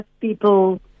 people